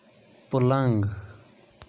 پٕلنٛگ